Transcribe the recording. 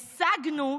השגנו,